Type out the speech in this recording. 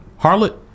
Harlot